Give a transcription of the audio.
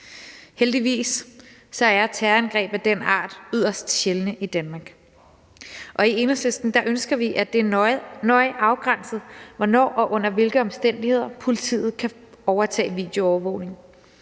Heldigvis er terrorangreb af den art yderst sjældne i Danmark, og i Enhedslisten ønsker vi, at det er nøje afgrænset, hvornår og under hvilke omstændigheder politiet kan overtage videoovervågning.